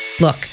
Look